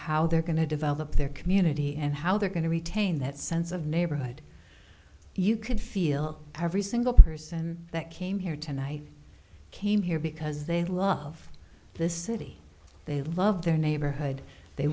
how they're going to develop their community and how they're going to retain that sense of neighborhood you could feel every single person that came here tonight came here because they love this city they love their neighborhood they